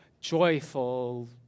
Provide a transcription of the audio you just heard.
Joyful